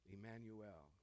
Emmanuel